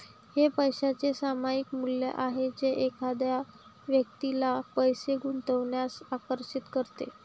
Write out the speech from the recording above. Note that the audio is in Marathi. हे पैशाचे सामायिक मूल्य आहे जे एखाद्या व्यक्तीला पैसे गुंतवण्यास आकर्षित करते